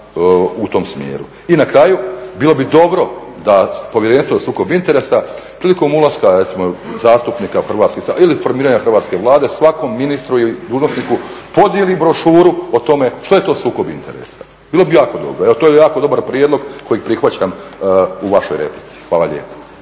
u tom smjeru. I na kraju bilo bi dobro da Povjerenstvo za sukob interesa prilikom ulaska recimo zastupnika u Hrvatski sabor ili formiranja hrvatske Vlade svakom ministru i dužnosniku podijeli brošuru o tome što je to sukob interesa, bilo bi jako dobro. To je jako dobar prijedlog kojeg prihvaćam u vašoj replici. Hvala lijepo.